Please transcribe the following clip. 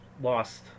lost